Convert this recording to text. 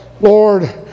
Lord